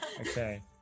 okay